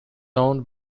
owned